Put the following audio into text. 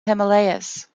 himalayas